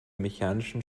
mechanischen